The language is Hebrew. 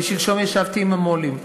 שלשום ישבתי עם המו"לים,